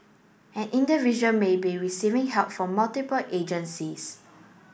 an individual may be receiving help from multiple agencies